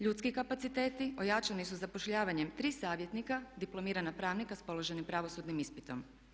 Ljudski kapaciteti ojačani su zapošljavanjem tri savjetnika, diplomirana pravnika sa položenim pravosudnim ispitom.